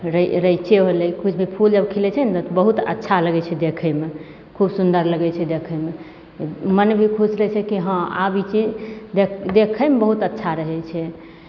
रै रैञ्चे होलै किछु भी फूल जब खिलै छै ने तऽ बहुत अच्छा लागै छै देखैमे खूब सुन्दर लागै छै देखैमे मोन भी खुश रहै छै कि हँ आब ई चीज देखैमे बहुत अच्छा रहै छै